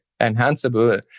enhanceable